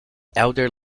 elder